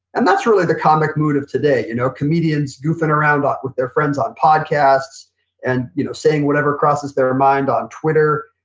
and that's really the comic mood of today. you know comedians goofing around off with their friends on podcasts and you know saying whatever crosses their mind on twitter.